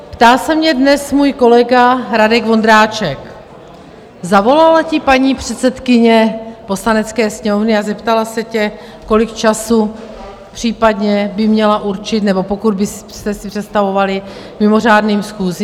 Ptal se mě dnes můj kolega Radek Vondráček: Zavolala ti paní předsedkyně Poslanecké sněmovny a zeptala se tě, kolik času případně by měla určit nebo kolik byste si představovali věnovat mimořádným schůzím?